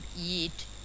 eat